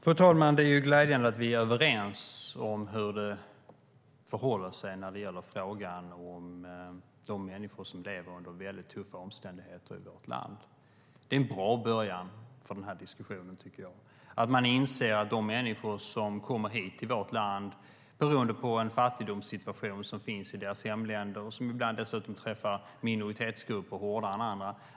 Fru talman! Det är glädjande att vi är överens om hur det förhåller sig när det gäller frågan om de människor som lever under mycket tuffa omständigheter i vårt land. Jag tycker att det är en bra början för den här diskussionen att man inser att det finns ett problem som måste hanteras när det gäller de människor som kommer hit, vilket i sin tur beror på den fattigdomssituation som råder i deras hemländer och som ibland dessutom drabbar minoritetsgrupper hårdare än andra.